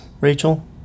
Rachel